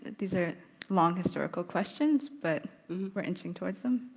these are long historical questions but we are inching towards them.